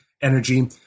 energy